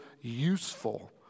useful